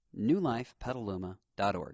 newlifepetaluma.org